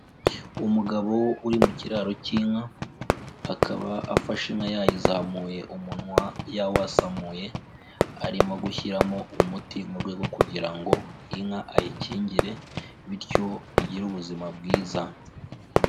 Umugabo uri mu kiraro cy'inka, akaba afashe inka yayizamuye umunwa yawasamuye, arimo gushyiramo umuti mu rwego rwo kugira ngo inka ayikingire bityo igire ubuzima bwiza.